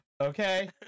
Okay